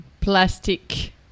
plastic